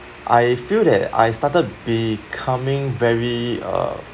I feel that I started becoming very uh